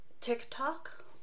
TikTok